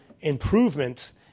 improvements